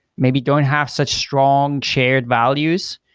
maybe don't have such strong shared values.